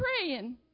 praying